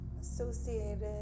associated